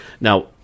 now